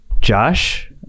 Josh